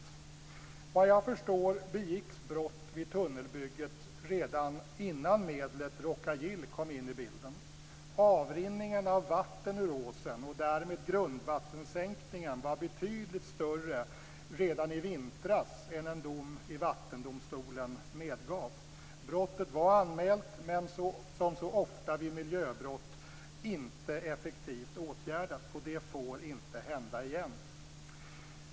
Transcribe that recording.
Såvitt jag förstår begicks brottet vid tunnelbygget redan innan medlet Rhoca-Gil kom in i bilden. Avrinningen av vatten ur åsen och därmed grundvattensänkningen var betydligt större redan i vintras än vad en dom i Vattendomstolen medgav. Brottet var anmält men som så ofta vid miljöbrott inte effektivt åtgärdat. Det får inte hända igen.